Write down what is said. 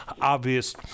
obvious